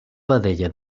vedella